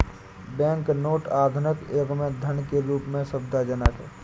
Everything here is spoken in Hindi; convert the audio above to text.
बैंक नोट आधुनिक युग में धन के रूप में सुविधाजनक हैं